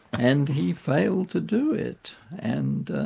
and he failed to do it. and